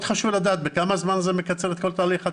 חשוב מאוד לדעת: בכמה זמן זה מקצר את התהליך?